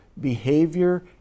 behavior